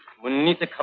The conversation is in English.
will be there.